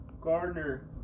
Gardner